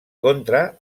contra